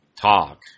talk